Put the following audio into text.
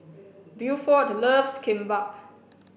Buford loves Kimbap